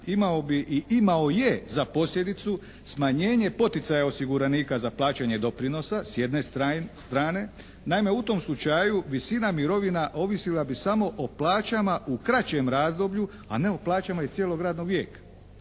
imao bi i imao je za posljedicu smanjenje poticaja osiguranika za plaćanje doprinosa s jedne strane. Naime u tom slučaju visina mirovina ovisila bi samo o plaćama u kraćem razdoblju a ne o plaćama iz cijelog radnog vijeka.